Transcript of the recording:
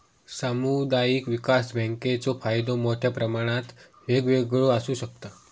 सामुदायिक विकास बँकेचो फायदो मोठ्या प्रमाणात वेगवेगळो आसू शकता